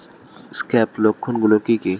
Scab লক্ষণ গুলো কি কি?